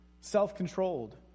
self-controlled